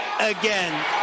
again